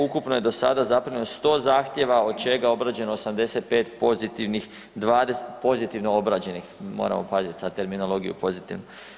Ukupno je do sada zaprimljeno 100 zahtjeva od čega obrađeno 85 pozitivnih, 20 pozitivno obrađenih, moramo pazit sad terminologiju „pozitivno“